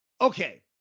Okay